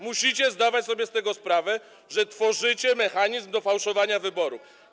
Musicie zdawać sobie sprawę z tego, że tworzycie mechanizm do fałszowania wyborów.